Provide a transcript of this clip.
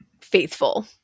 faithful